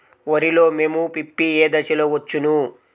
వరిలో మోము పిప్పి ఏ దశలో వచ్చును?